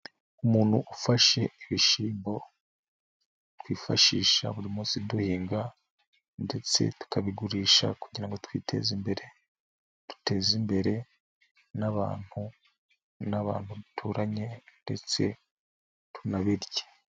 Umuntu ufashe ibishyimbo twifashisha buri munsi duhinga ndetse tukabigurisha kugira ngo twiteze imbere duteze imbere n'abantu, n'abantu duturanye ndetse tunabirye.